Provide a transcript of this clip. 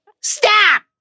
stop